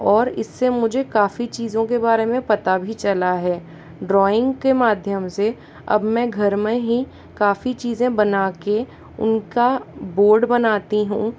और इससे मुझे काफी चीज़ों के बारे में पता भी चला है ड्रॉइंग के माध्यम से अब मैं घर में ही काफी चीज़ें बनाके उनका बोर्ड बनाती हूँ